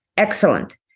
excellent